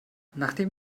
nachdem